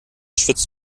schwitzt